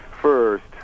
first